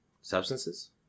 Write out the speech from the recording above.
Substances